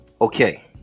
Okay